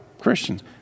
Christians